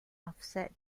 offset